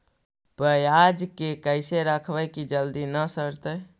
पयाज के कैसे रखबै कि जल्दी न सड़तै?